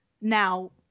Now